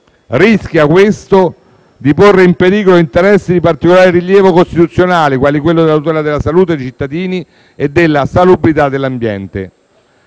rischia di porre in pericolo interessi di particolare rilievo costituzionale quali quelli della tutela della salute dei cittadini e della salubrità dell'ambiente;